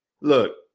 look